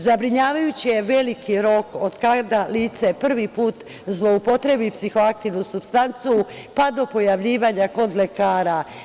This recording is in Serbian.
Zabrinjavajući je veliki rok od kada lice prvi put zloupotrebi psihoaktivnu supstancu, pa do pojavljivanja kod lekara.